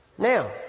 now